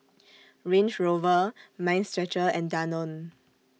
Range Rover Mind Stretcher and Danone